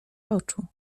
oczu